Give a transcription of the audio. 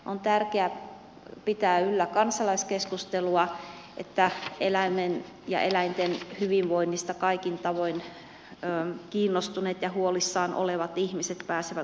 on tärkeää pitää yllä kansalaiskeskustelua niin että eläinten hyvinvoinnista kaikin tavoin kiinnostuneet ja huolissaan olevat ihmiset pääsevät osallistumaan tähän keskusteluun